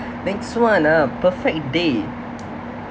next one ah perfect day